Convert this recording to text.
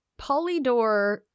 Polydor